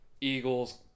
Eagles